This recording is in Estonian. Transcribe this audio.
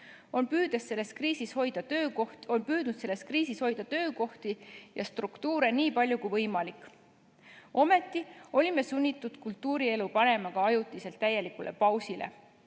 on püüdnud selles kriisis hoida töökohti ja struktuure nii palju, kui võimalik. Ometi olime sunnitud kultuurielu panema ajutiselt täielikule pausile.